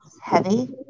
heavy